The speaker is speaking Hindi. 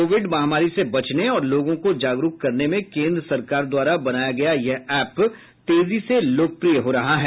कोविड महामारी से बचने और लोगों को जागरूक करने में केन्द्र सरकार द्वारा बनाया गया यह एप तेजी से लोकप्रिय हो रहा है